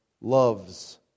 loves